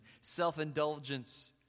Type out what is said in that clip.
self-indulgence